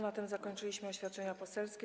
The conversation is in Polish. Na tym zakończyliśmy oświadczenia poselskie.